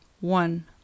one